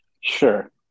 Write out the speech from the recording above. Sure